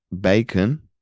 bacon